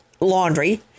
Laundry